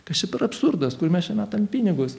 kas čia per absurdas kur mes čia metam pinigus